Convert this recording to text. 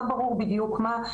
לא ברור בדיוק מה.